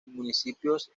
municipios